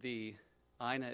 the